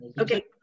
okay